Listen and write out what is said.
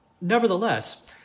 Nevertheless